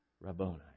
Rabboni